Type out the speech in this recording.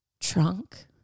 Trunk